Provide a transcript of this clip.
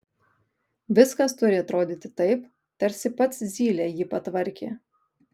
viskas turi atrodyti taip tarsi pats zylė jį patvarkė